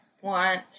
want